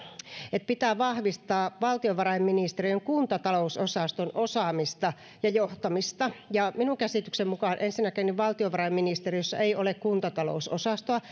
että pitää vahvistaa valtiovarainministeriön kuntatalousosaston osaamista ja johtamista minun käsitykseni mukaan ensinnäkin valtiovarainministeriössä ei ole kuntatalousosastoa